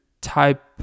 type